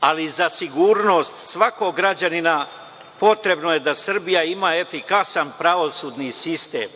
ali i za sigurnost svakog građanina potrebno je da Srbija ima efikasan pravosudni sistem“,